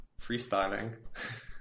freestyling